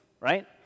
right